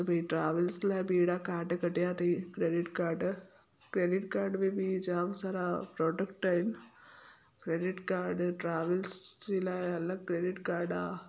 त भई ट्रावेल्स लाइ बि अहिड़ा काड कढिया अथेई क्रेडिट काड क्रेडिट काड में बि जाम सारा प्रॉडक्ट आहिनि क्रेडिट काड ट्रावेल्स जे लाइ अलॻि क्रेडिट काड आहे